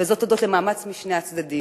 וזאת הודות למאמץ משני הצדדים.